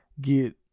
get